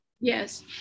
Yes